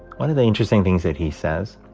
one of the interesting things that he says